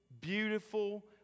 beautiful